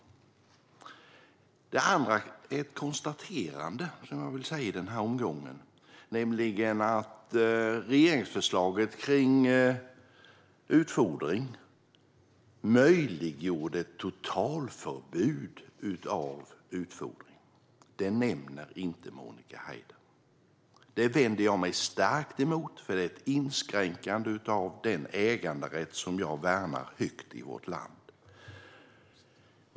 Jag vill dessutom göra ett konstaterande i den här replikomgången. Regeringsförslaget om utfodring möjliggjorde totalförbud för utfodring. Detta nämner inte Monica Haider. Jag vänder mig starkt mot detta eftersom det innebär ett inskränkande av äganderätten i vårt land, en rätt som jag värnar högt.